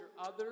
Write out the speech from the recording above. others